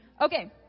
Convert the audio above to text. Okay